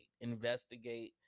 investigate